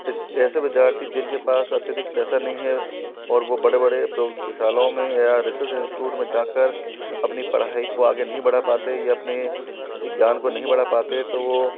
ए ऐसे विद्यार्थी जिनके पास अत्यधिक पैसा नहीं है और वो बड़े बड़े प्रयोग शालाओं में या रिसर्च इंस्ट्यूट्स में जाकर अपनी पढ़ाई को आगे नहीं बढ़ा पाते या अपने ज्ञान को नहीं बढ़ा पाते तो वो